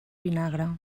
vinagre